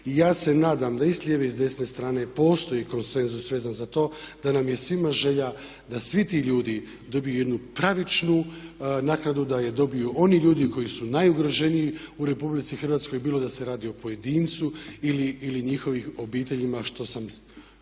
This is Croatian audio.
I ja se nadam da i sa lijeve i s desne strane postoji konsenzus vezan za to, da nam je svima želja da svi ti ljudi dobiju jednu pravičnu naknadu, da ju dobiju oni ljudi koji su najugroženiji u RH bilo da se radi o pojedincu ili njihovim obiteljima što sam